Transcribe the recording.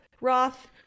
Roth